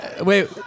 Wait